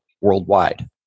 worldwide